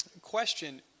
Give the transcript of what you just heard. question